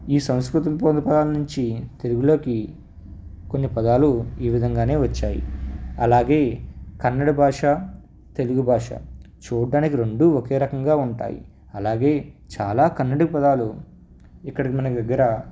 ఈ సంస్కృతం మూల పదాలు నుంచి తెలుగులోకి కొన్ని పదాలు ఈ విధంగానే వచ్చాయి అలాగే కన్నడ భాష తెలుగు భాష చూడ్డానికి రెండు ఒకే రకంగా ఉంటాయి అలాగే చాలా కన్నడ పదాలు ఇక్కడికి మనకు దగ్గర